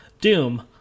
Doom